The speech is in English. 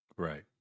Right